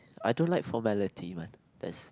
I don't like formality one as